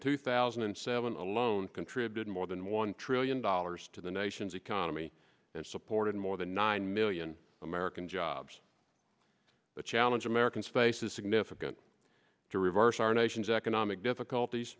two thousand and seven alone contributed more than one trillion dollars to the nation's economy and supported more than nine million american jobs the challenge americans face is significant to reverse our nation's economic difficulties